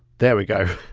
there we go.